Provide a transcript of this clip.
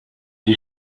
you